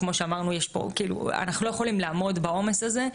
אנחנו לא יכולים לעמוד בעומס הזה.